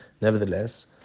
Nevertheless